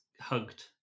hugged